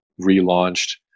relaunched